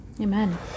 Amen